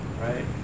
right